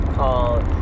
called